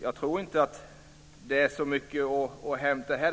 Jag tror inte att det finns så mycket att hämta här.